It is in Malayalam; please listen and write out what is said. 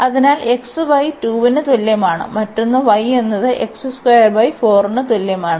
അതിനാൽ xy 2 ന് തുല്യമാണ് മറ്റൊന്ന് y എന്നത് ന് തുല്യമാണ്